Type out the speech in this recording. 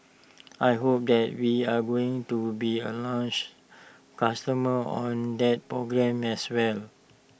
I hope that we are going to be A launch customer on that program as well